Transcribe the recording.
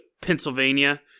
Pennsylvania